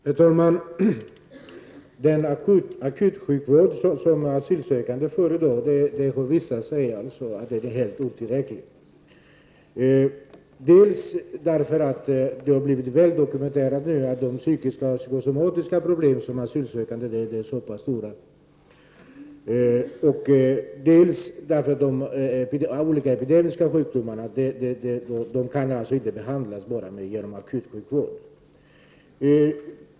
Herr talman! Den akutsjukvård som asylsökande får har visat sig vara helt otillräcklig, dels därför att det har blivit väl dokumenterat att de psykiska och psykosomatiska problem som asylsökande har är så pass stora, dels därför att de epidemiska sjukdomarna inte kan behandlas enbart med akutsjukvård.